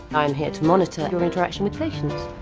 i am here to monitor your interaction with patients.